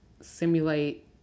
simulate